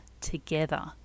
together